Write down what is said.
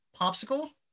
popsicle